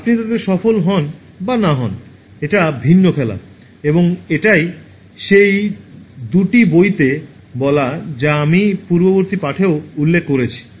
আপনি তাতে সফল হন বা না হন এটা ভিন্ন খেলা এবং এটাই সেই দুটি বইতে বলা যা আমি পূর্ববর্তী পাঠেও উল্লেখ করেছি